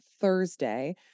Thursday